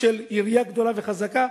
של עירייה גדולה וחזקה?